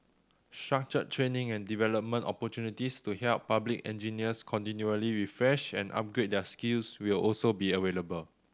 structured training and development opportunities to help public engineers continually refresh and upgrade their skills will also be available